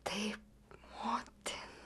taip motin